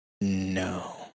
No